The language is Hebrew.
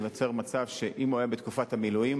ייווצר מצב שאם הוא היה בתקופת מילואים,